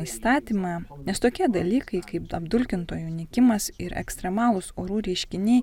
įstatymą nes tokie dalykai kaip apdulkintojų nykimas ir ekstremalūs orų reiškiniai